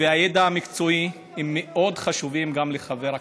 והידע המקצועי הם מאוד חשובים גם לחבר הכנסת,